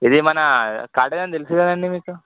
ఇది మన కాటగన్ తెలుసుకదండీ మీకు